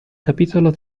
capitolo